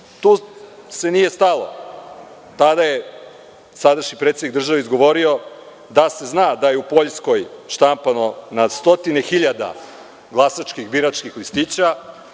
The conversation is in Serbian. se nije stalo. Tada je sadašnji predsednik države izgovorio da se zna da je u Poljskoj štampano na stotine hiljada glasačkih biračkih listića